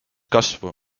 kasvu